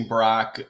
Brock